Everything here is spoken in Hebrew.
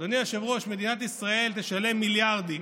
אדוני היושב-ראש, מדינת ישראל תשלם מיליארדים,